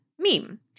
meme